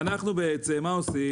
ואנחנו מה עושים?